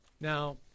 Now